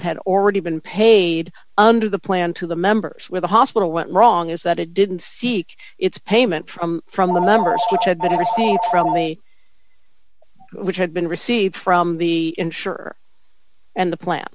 had already been paid under the plan to the members with the hospital went wrong is that it didn't seek its payment from from the members which had better say from me which had been received from the insurer and the plan